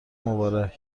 مبارک